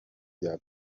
bya